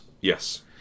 Yes